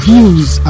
views